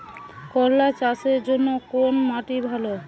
করলা চাষের জন্য কোন মাটি ভালো?